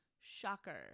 Shocker